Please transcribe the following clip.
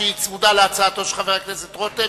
שהיא צמודה להצעתו של חבר הכנסת רותם.